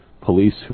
police